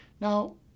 Now